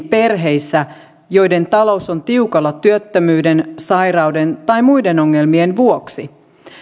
perheissä joiden talous on tiukalla työttömyyden sairauden tai muiden ongelmien vuoksi